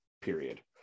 period